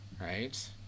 right